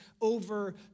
over